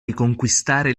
riconquistare